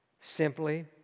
simply